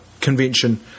convention